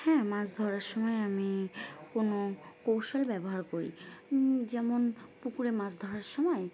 হ্যাঁ মাছ ধরার সময় আমি কোনো কৌশল ব্যবহার করি যেমন পুকুরে মাছ ধরার সময়